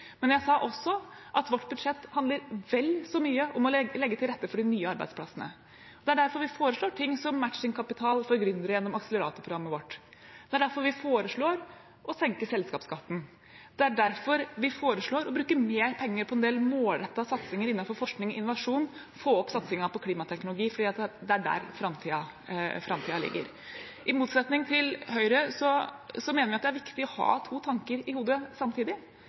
Men jeg sa også at vårt budsjett handler vel så mye om å legge til rette for de nye arbeidsplassene. Det er derfor vi foreslår ting som «matchingkapital» for gründere gjennom akseleratorprogrammet vårt, det er derfor vi foreslår å senke selskapsskatten, og det er derfor vi foreslår å bruke mer penger på en del målrettede satsinger innenfor forskning og innovasjon og få opp satsingen på klimateknologi, for det er der framtiden ligger. I motsetning til Høyre mener vi at det er viktig å ha to tanker i hodet samtidig.